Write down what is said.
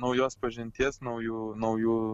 naujos pažinties naujų naujų